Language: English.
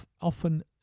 often